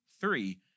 three